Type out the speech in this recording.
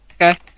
Okay